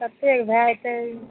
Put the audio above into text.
कतेक भए जेतै